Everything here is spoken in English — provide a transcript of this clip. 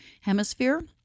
Hemisphere